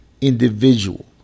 individual